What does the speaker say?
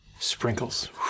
sprinkles